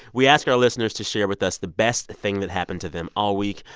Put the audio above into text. we ask our listeners to share with us the best thing that happened to them all week.